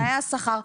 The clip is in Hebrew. תנאי השכר.